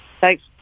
Thanks